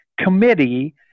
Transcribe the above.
committee